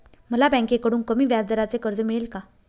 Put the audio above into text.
मला बँकेकडून कमी व्याजदराचे कर्ज मिळेल का?